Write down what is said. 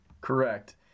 Correct